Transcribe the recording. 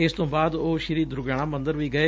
ਦਿਨ ਤੋ ਬਾਅਦ ਉਹ ਸ਼੍ਰੀ ਦੁਰਗਿਆਨਾ ਮੰਦਰ ਵੀ ਗਏ